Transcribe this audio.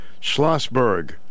Schlossberg